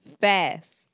fast